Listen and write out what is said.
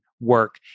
work